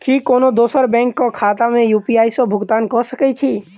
की कोनो दोसरो बैंक कऽ खाता मे यु.पी.आई सऽ भुगतान कऽ सकय छी?